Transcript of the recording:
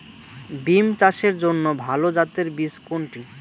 বিম চাষের জন্য ভালো জাতের বীজ কোনটি?